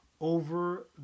over